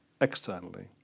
externally